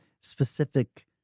specific